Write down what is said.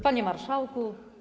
Panie Marszałku!